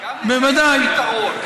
בוודאי.